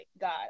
god